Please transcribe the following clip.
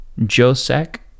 Josek